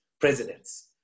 presidents